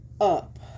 up